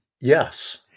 Yes